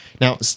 Now